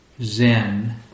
Zen